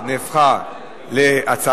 פיצוי נפגעי תאונות דרכים בחו"ל) הפכה